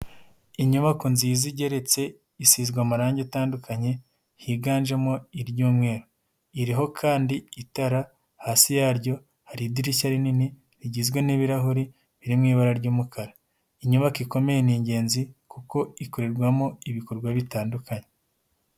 Inyubako nziza igeretse isizwe amarangi atandukanye higanjemo iry'umweru, iriho kandi itara hasi yaryo hari idirishya rinini rigizwe n'ibirahuri ririmo ibara ry'umukara inyubako ikomeye ni ingenzi kuko ikorerwamo ibikorwa bitandukanye.